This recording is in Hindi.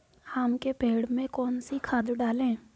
आम के पेड़ में कौन सी खाद डालें?